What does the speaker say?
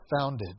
founded